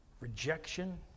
rejection